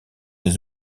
des